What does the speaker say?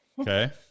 okay